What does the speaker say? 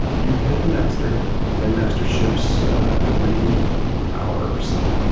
you commit the master and master ships every hour or so,